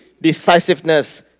decisiveness